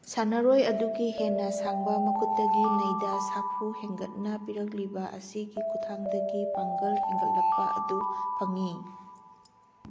ꯁꯥꯟꯅꯔꯣꯏ ꯑꯗꯨꯒꯤ ꯍꯦꯟꯅ ꯁꯥꯡꯕ ꯃꯈꯎꯠꯇꯒꯤ ꯅꯩꯗ ꯁꯥꯐꯨ ꯍꯦꯟꯒꯠꯅ ꯄꯤꯔꯛꯂꯤꯕ ꯑꯁꯤꯒꯤ ꯈꯨꯊꯥꯡꯗꯒꯤ ꯄꯥꯡꯒꯜ ꯍꯦꯟꯒꯠꯂꯛꯄ ꯑꯗꯨ ꯐꯪꯏ